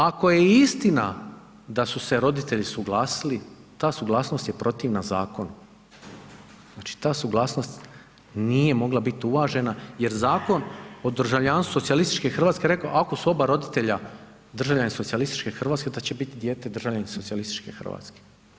Ako je istina da su se roditelji suglasili, ta suglasnost je protivna zakonu, znači ta suglasnost nije mogla bit uvažena jer Zakon o državljanstvu socijalističke RH je rekao ako su oba roditelja državljani socijalističke RH da će bit dijete državljanin socijalističke RH.